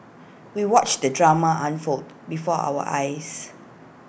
we watched the drama unfold before our eyes